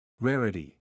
Rarity